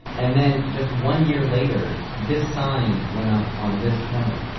and then just one year later, this sign went up on this corner.